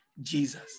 Jesus